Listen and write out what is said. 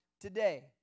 today